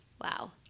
Wow